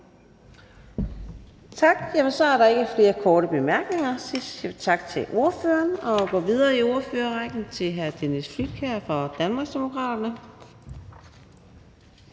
Tak. Så er der ikke flere korte bemærkninger, og så siger vi tak til ordføreren og går videre i ordførerrækken til hr. Dennis Flydtkjær fra Danmarksdemokraterne.